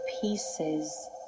pieces